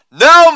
no